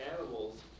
animals